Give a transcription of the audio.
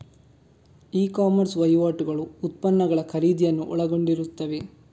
E commerce ವಹಿವಾಟುಗಳು ಉತ್ಪನ್ನಗಳ ಖರೀದಿಯನ್ನು ಒಳಗೊಂಡಿರುತ್ತವೆ